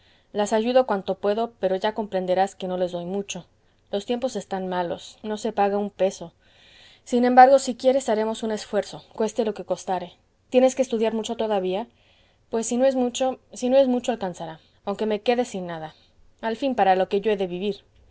las ayudo cuanto puedo pero ya comprenderás que no les doy mucho los tiempos están malos no se paga un peso sin embargo si quieres haremos un esfuerzo cueste lo que costare tienes que estudiar mucho todavía pues si no es mucho si no es mucho alcanzará aunque me quede sin nada al fin para lo que yo he de vivir